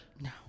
No